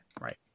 Right